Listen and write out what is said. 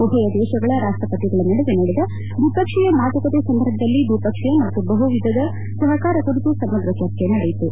ಉಭಯ ದೇಶಗಳ ರಾಷ್ಟಪತಿಗಳ ನಡುವೆ ನಡೆದ ದ್ವಿಪಕ್ಷೀಯ ಮಾತುಕತೆ ಸಂದರ್ಭದಲ್ಲಿ ದ್ವಿಪಕ್ಷೀಯ ಮತ್ತು ಬಹು ವಿಧದ ಸಪಕಾರ ಕುರಿತು ಸಮಗ್ರ ಚರ್ಚೆ ನಡೆಯಿತು